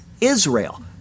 Israel